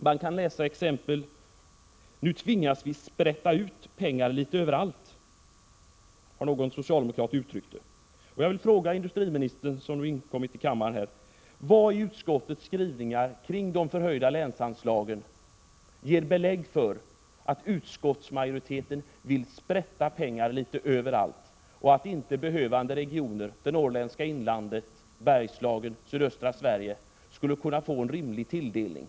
Man kan exempelvis få läsa: ”Nu tvingas vi sprätta ut pengar litet överallt”, som någon socialdemokrat uttryckte sig för några dagar sedan. Nu vill jag fråga industriministern, som just inkommit i kammaren: Vad i utskottets skrivningar kring de förhöjda länsanslagen ger belägg för att utskottsmajoriteten vill ”sprätta pengar litet överallt” och att inte behövande regioner — det norrländska inlandet, Bergslagen och sydöstra Sverige — skulle kunna få en rimlig tilldelning?